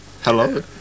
Hello